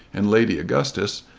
and lady augustus,